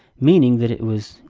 meaning that it was,